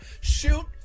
Shoot